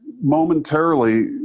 momentarily